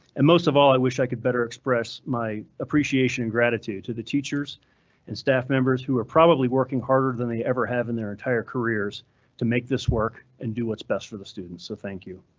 and most of all, i wish i could better express my appreciation and gratitude to the teachers and staff members who are probably working harder than they ever have in their entire careers to make this work and do what's best for the students. so thank you.